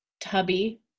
Tubby